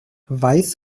weiß